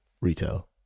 retail